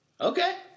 Okay